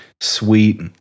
sweet